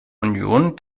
union